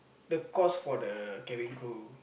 the course for the cabin crew